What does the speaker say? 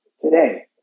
Today